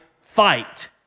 fight